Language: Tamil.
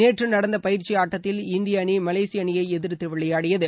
நேற்று நடந்த பயிற்சி ஆட்டத்தில் இந்திய அணி மலேசிய அணியை எதிர்த்து விளையாடியது